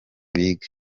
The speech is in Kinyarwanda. biga